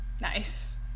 nice